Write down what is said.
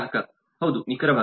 ಗ್ರಾಹಕ ಹೌದು ನಿಖರವಾಗಿ